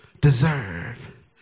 deserve